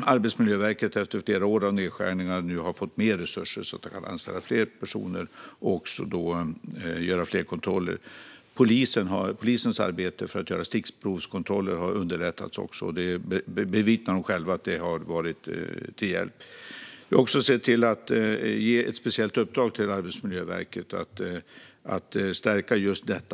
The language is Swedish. Arbetsmiljöverket har efter flera år av nedskärningar fått mer resurser så att man kan anställa fler och göra fler kontroller. Polisens arbete med att göra stickprovskontroller har också underlättats, och de vittnar själva om att det har varit till hjälp. Vi har också sett till att ge ett särskilt uppdrag till Arbetsmiljöverket att stärka